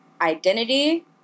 identity